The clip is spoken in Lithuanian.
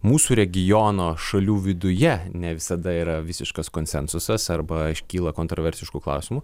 mūsų regiono šalių viduje ne visada yra visiškas konsensusas arba iškyla kontroversiškų klausimų